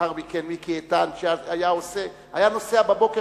לאחר מכן מיקי איתן שהיה נוסע בבוקר